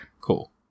Cool